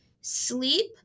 sleep